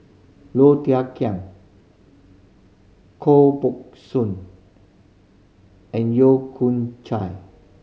Low Thia Khiang Koh Buck Soon and Yeo Con Chye